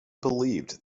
believed